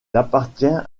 appartient